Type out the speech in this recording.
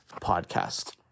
podcast